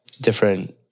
different